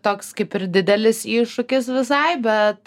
toks kaip ir didelis iššūkis visai bet